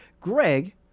Greg